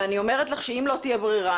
אני אומרת לך שאם לא תהיה ברירה,